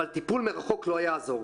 אבל טיפול מרחוק לא יעזור.